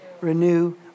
renew